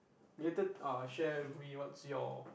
later uh share with me what's your